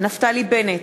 נפתלי בנט,